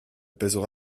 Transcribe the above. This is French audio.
pèsera